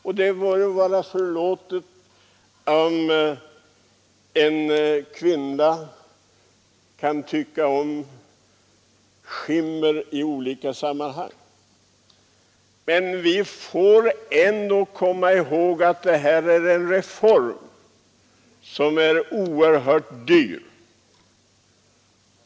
Och det må väl vara en kvinna förlåtet om hon tycker om skimmer, men vi måste komma ihåg att det här är en reform som är oerhört dyr.